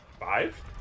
Five